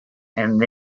then